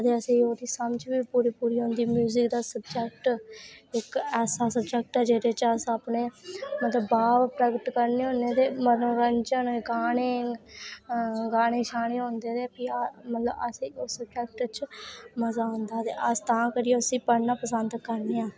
ते असेंगी ओह्दी समझ बी पूरी पूरी औंदी म्युजिक दा स्वजैक्ट इक ऐसा स्वजैक्ट ऐ जेह्दे च अस अपने मतलव भाव प्रक्ट करने होने ते हाने मनोंरंजन गीने शाने होंदे उस स्वजैक्ट च मजा औंदा ते अस तां करियै उसी पढ़नां पसंज करने आं